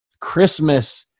Christmas